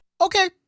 Okay